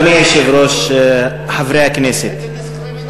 אדוני היושב-ראש, חברי הכנסת,